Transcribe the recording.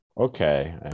Okay